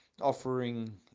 offering